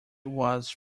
was